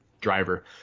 driver